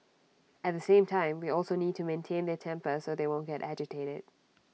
at the same time we also need to maintain their temper so they won't get agitated